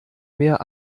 mehr